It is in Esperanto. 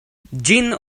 ĝin